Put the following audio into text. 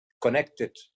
connected